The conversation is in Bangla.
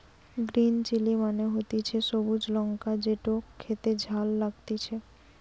গ্রিন চিলি মানে হতিছে সবুজ লঙ্কা যেটো খেতে ঝাল লাগতিছে